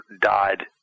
died